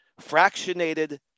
Fractionated